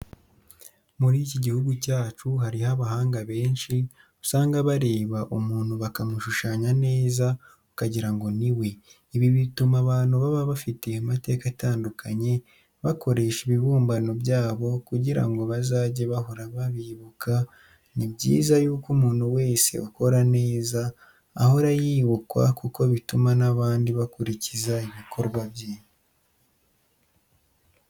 Muri iki gihugu cyacu hariho abahanga benshi, usanga bareba umuntu bakamushushanya neza ukagira ngo niwe, ibi bituma abantu baba bafite amateka atandukanye bakoresha ibibumbano byabo kugira ngo bazajye bahora babibuka, ni byiza yuko umuntu wese ukora neza ahora yibukwa kuko bituma n'abandi bakurikiza ibikorwa bye.